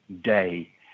day